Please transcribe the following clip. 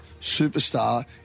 superstar